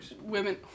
women